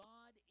God